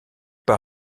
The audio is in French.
pas